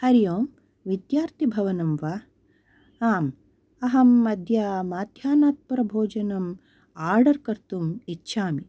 हरि ओम् विद्यार्थीभवनं वा हम् अहम् अद्य माध्यानात् परभोजनम् आर्डर् कर्तुम् इच्छामि